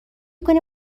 کنی